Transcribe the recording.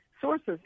sources